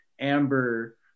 amber